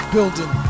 building